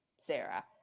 Sarah